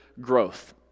growth